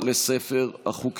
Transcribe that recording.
בעד,